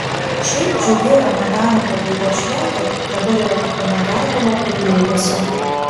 šiaip džiugi ramadano pabaigos šventė dabar yra kupina gedulo ir liūdesio